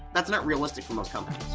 that's not realistic for most companies